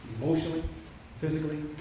emotionally physically,